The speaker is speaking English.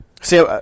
See